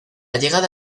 llegada